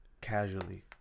casually